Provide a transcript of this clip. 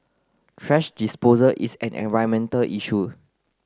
thrash disposal is an environmental issue